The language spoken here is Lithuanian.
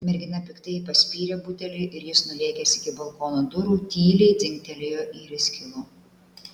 mergina piktai paspyrė butelį ir jis nulėkęs iki balkono durų tyliai dzingtelėjo ir įskilo